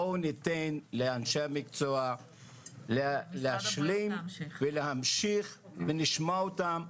בואו ניתן לאנשי המקצוע להשלים ולהמשיך ונשמע אותם.